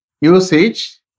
usage